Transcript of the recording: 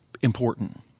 important